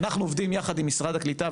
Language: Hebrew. אנחנו עובדים יחד עם משרד הקליטה,